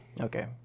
Okay